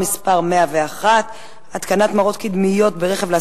לפני שתתפזרו אנחנו רק נקרא את תוצאות